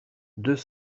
deux